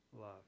love